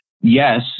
yes